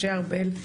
משה ארבל,